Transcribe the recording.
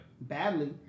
badly